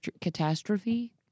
Catastrophe